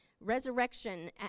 resurrection